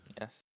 Yes